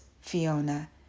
Fiona